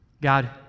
God